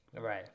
Right